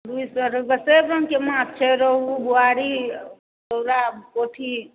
सब रंगके माछ छै रोहु बुआरी टेंगरा पोठी